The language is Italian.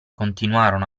continuarono